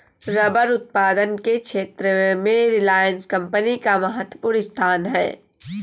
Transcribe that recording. rubber उत्पादन के क्षेत्र में रिलायंस कम्पनी का महत्त्वपूर्ण स्थान है